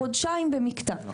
חודשיים במקטע,